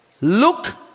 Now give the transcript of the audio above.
look